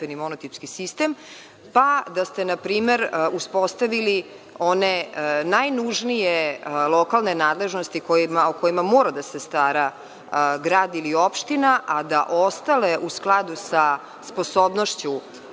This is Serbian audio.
monotipski sistem, pa da ste npr. uspostavili one najnužnije lokalne nadležnosti o kojima mora da se stara grad ili opština, a da ostale, u skladu sa sposobnošću